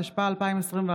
התשפ"א 2021,